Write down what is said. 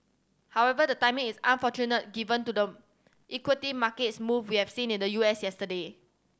however the timing is unfortunate given to the equity market is moved we have seen in the U S yesterday